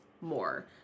more